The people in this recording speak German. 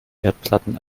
erdplatten